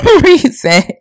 reason